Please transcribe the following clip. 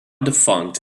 defunct